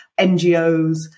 NGOs